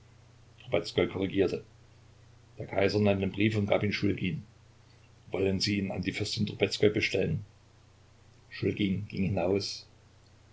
der kaiser nahm den brief und gab ihn schulgin wollen sie ihn an die fürstin trubezkoi bestellen schulgin ging hinaus